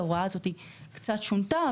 ההוראה הזאת קצת שונתה,